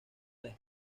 las